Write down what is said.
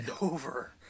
over